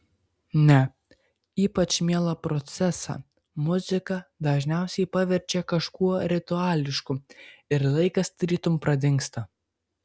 ne ypač mielą procesą muzika dažniausiai paverčia kažkuo rituališku ir laikas tarytum pradingsta